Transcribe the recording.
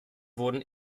wurden